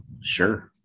Sure